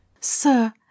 Sir